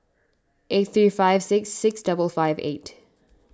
eight three five six six double five eight